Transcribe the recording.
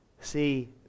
see